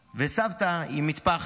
וסבתא עם מטפחת,